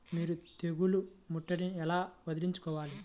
మీరు తెగులు ముట్టడిని ఎలా వదిలించుకోవాలి?